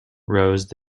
rose